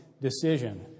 decision